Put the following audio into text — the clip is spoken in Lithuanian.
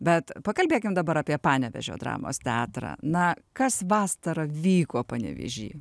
bet pakalbėkim dabar apie panevėžio dramos teatrą na kas vasarą vyko panevėžy